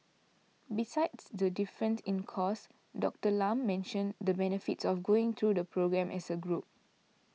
besides the difference in cost Doctor Lam mentioned the benefits of going through the programme as a group